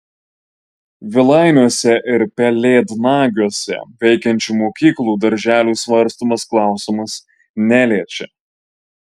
vilainiuose ir pelėdnagiuose veikiančių mokyklų darželių svarstomas klausimas neliečia